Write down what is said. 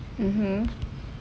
mmhmm